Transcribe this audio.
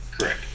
Correct